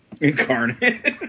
Incarnate